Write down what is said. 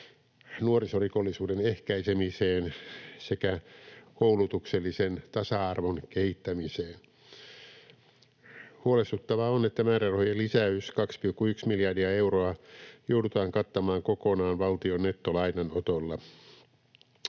nuorisorikollisuuden ehkäisemiseen sekä koulutuksellisen tasa-arvon kehittämiseen. Huolestuttavaa on, että määrärahojen lisäys, 2,1 miljardia euroa, joudutaan kattamaan kokonaan valtion nettolainanotolla.